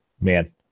man